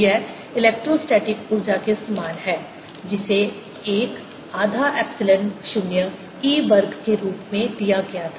यह इलेक्ट्रोस्टैटिक ऊर्जा के समान है जिसे 1 आधा एप्सिलॉन 0 e वर्ग के रूप में दिया गया था